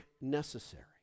necessary